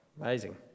Amazing